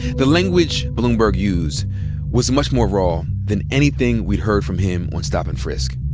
the language bloomberg used was much more raw than anything we'd heard from him on stop and frisk.